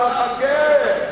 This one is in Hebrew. אבל חכה.